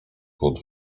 chłód